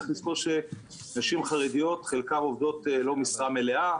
צריך לזכור שנשים חרדיות חלקן עובדות במשרה לא מלאה,